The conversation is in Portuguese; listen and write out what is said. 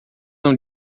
não